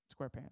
SquarePants